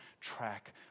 track